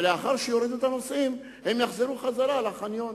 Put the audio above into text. ולאחר שיורידו את הנוסעים הם יחזרו לחניון.